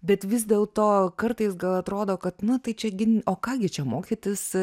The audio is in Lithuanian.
bet vis dėlto kartais gal atrodo kad na tai čia gi o ką gi čia mokytis